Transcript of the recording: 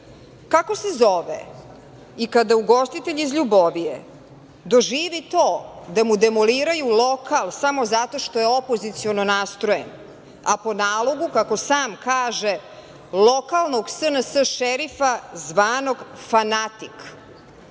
se zove i kada ugostitelj iz Ljubovije doživi to da mu demoliraju lokal samo zato što je opoziciono nastrojen, a po nalogu, kako sam kaže, lokalnog SNS šerifa, zvanog „fanatik“